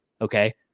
Okay